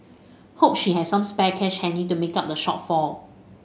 hope she has some spare cash handy to make up the shortfall